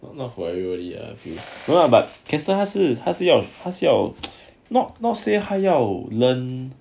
but not for everybody ah I feel know lah but castle 他是他是要他是要 not not say 他是要 learn